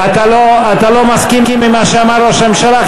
אתה לא מסכים למה שאמר ראש הממשלה,